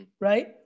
right